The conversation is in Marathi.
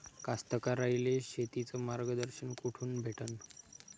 कास्तकाराइले शेतीचं मार्गदर्शन कुठून भेटन?